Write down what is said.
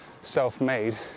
self-made